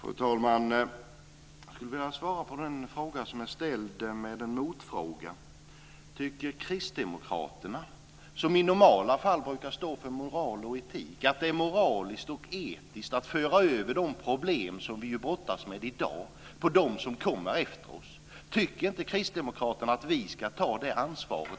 Fru talman! Jag vill svara på den ställda frågan med en motfråga: Tycker Kristdemokraterna, som i normala fall brukar stå för moral och etik, att det är moraliskt och etiskt att föra över de problem som vi brottas med i dag på dem som kommer efter oss? Tycker inte Kristdemokraterna att vi ska ta det ansvaret?